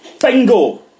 Bingo